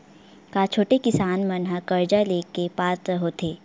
का छोटे किसान मन हा कर्जा ले के पात्र होथे?